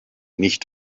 nicht